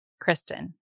Kristen